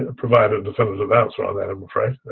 ah provide a definitive answer on that i'm afraid.